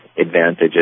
advantages